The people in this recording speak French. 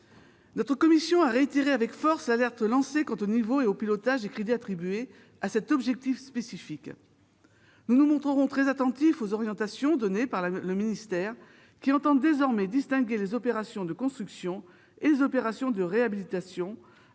Notre commission a de nouveau alerté avec force sur le niveau et le pilotage des crédits attribués à cet objectif spécifique. Nous serons très attentifs aux orientations données par le ministère, qui entend désormais distinguer les opérations de construction et les opérations de réhabilitation, afin de